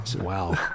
wow